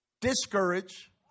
Discourage